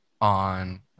on